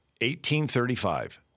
1835